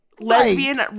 lesbian